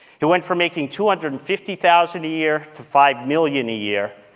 he went from making two hundred and fifty thousand a year to five million a year,